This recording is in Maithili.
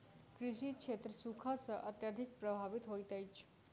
कृषि क्षेत्र सूखा सॅ अत्यधिक प्रभावित होइत अछि